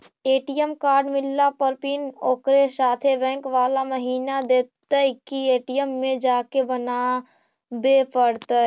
ATM card मिलला पर pin ओकरे साथे बैक बाला महिना देतै कि ए.टी.एम में जाके बना बे पड़तै?